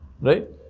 right